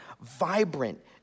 vibrant